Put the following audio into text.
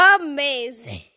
amazing